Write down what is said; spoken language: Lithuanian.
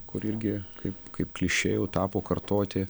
kur irgi kaip kaip klišė jau tapo kartoti